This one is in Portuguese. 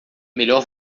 melhor